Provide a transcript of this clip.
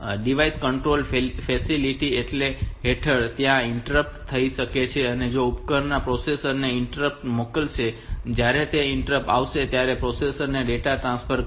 device controlled facility હેઠળ ત્યાં interrupt થઈ શકે છે તો ઉપકરણ પ્રોસેસર ને ઈન્ટરપ્ટ મોકલશે અને જ્યારે તે ઈન્ટરપ્ટ આવશે ત્યારે પ્રોસેસર ડેટા ટ્રાન્સફર કરશે